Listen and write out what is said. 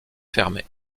fermés